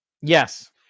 Yes